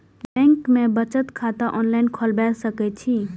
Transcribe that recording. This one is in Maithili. बैंक में बचत खाता ऑनलाईन खोलबाए सके छी?